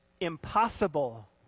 impossible